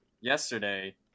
yesterday